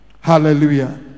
Hallelujah